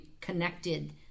connected